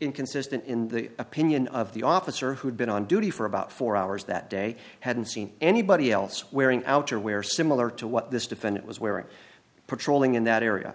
inconsistent in the opinion of the officer who had been on duty for about four hours that day hadn't seen anybody else wearing outerwear similar to what this defendant was wearing patrolling in that area